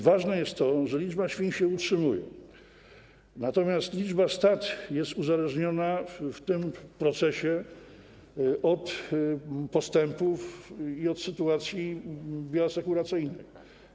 Ważne jest to, że liczba świń się utrzymuje, natomiast liczba stad jest uzależniona w tym procesie od postępów i od sytuacji bioasekuracyjnych.